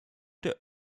der